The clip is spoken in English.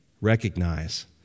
recognize